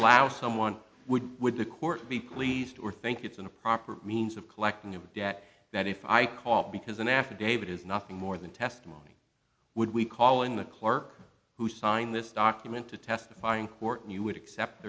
allow someone would would the court be pleased or think it's in a proper means of collecting a debt that if i call because an affidavit is nothing more than testimony would we call in the clerk who signed this document to testify in court and you would accept